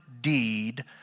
deed